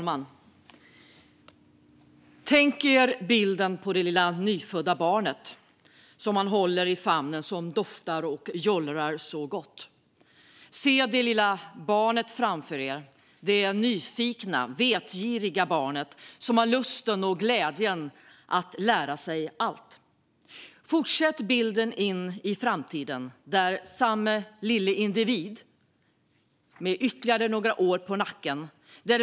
Fru talman! Tänk på det lilla nyfödda barnet som man håller i famnen, som jollrar och doftar så gott! Se det lilla barnet framför er - det nyfikna, vetgiriga barnet som har lusten och glädjen att lära sig allt. Ta bilden vidare in i framtiden! Samme lille individ har nu ytterligare några år på nacken.